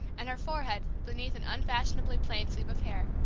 and her forehead, beneath an unfashionably plain sweep of hair,